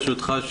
ברשותך,